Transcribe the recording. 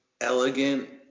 elegant